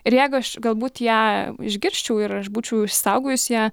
ir jeigu aš galbūt ją išgirsčiau ir aš būčiau išsisaugojus ją